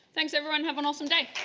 thanks, everyone. have an awesome day.